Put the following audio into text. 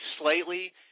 slightly